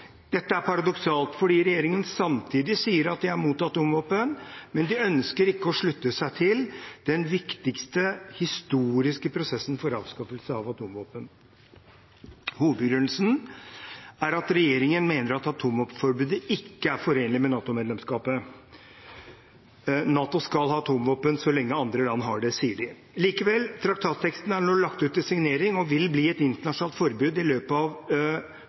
Dette er paradoksalt, for samtidig sier regjeringen at den er mot atomvåpen – men den ønsker ikke å slutte seg til den viktigste historiske prosessen for avskaffelse av atomvåpen. Hovedbegrunnelsen er at regjeringen mener at atomvåpenforbudet ikke er forenlig med NATO-medlemskapet. NATO skal ha atomvåpen så lenge andre land har det, sier de. Likevel: Traktatteksten er nå lagt ut til signering og vil bli et internasjonalt forbud i løpet av